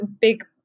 big